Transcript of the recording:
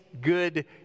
good